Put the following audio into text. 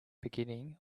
beginning